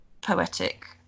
poetic